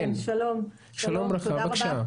כן, שלום, תודה רבה.